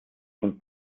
von